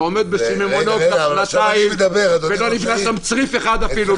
שהוא עומד בשיממונו כבר שנתיים ולא נבנה שם צריף אחד אפילו,